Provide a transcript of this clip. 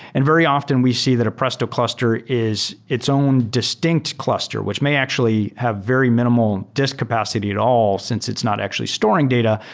and very often, we see that a presto cluster is its own distinct cluster, which may actually have very minimal disc capacity at all since it's not actually storing data,